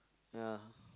ya